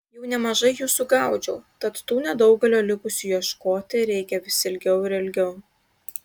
jau nemažai jų sugaudžiau tad tų nedaugelio likusių ieškoti reikia vis ilgiau ir ilgiau